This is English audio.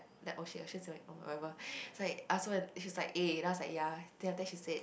oh shit I say sorry oh whatever it's like she's like eh I was like ya then after that she said